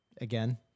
again